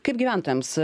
kaip gyventojams